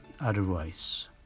otherwise